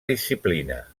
disciplina